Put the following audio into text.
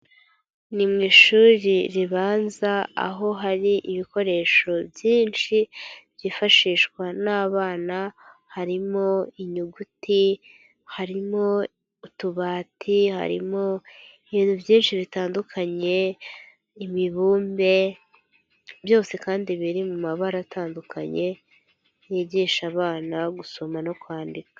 Ni mu ishuri ribanza, aho hari ibikoresho byinshi byifashishwa n'abana, harimo inyuguti, harimo utubati, harimo ibintu byinshi bitandukanye, imibumbe, byose kandi biri mu mabara atandukanye, yigisha abana gusoma no kwandika.